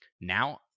Now